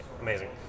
Amazing